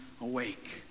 awake